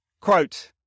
quote